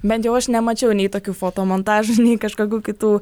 bent jau aš nemačiau nei tokių fotomontažų nei kažkokių kitų